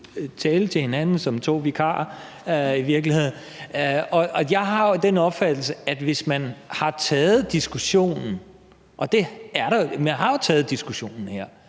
tale til hinanden som to vikarer. Og jeg har jo den opfattelse, at når man har taget diskussionen – og man har jo taget diskussionen her,